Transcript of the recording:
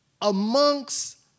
amongst